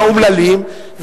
באומללים,